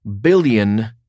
billion